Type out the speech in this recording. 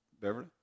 Beverly